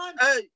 Hey